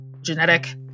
genetic